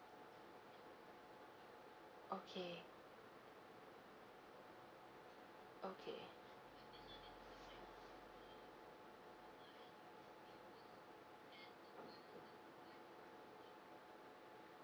okay okay